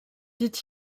dit